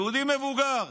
יהודי מבוגר: